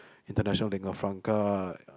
international lingua franca